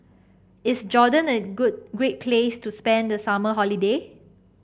is Jordan a great place to spend the summer holiday